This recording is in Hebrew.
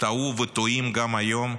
טעו וטועים גם היום,